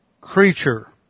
creature